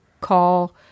call